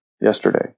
yesterday